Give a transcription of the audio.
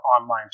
online